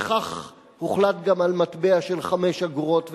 וכך הוחלט גם על מטבע של 5 אגורות,